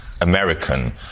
american